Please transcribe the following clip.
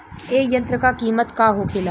ए यंत्र का कीमत का होखेला?